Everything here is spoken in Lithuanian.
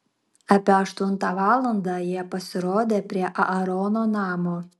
apie aštuntą valandą jie pasirodė prie aarono namo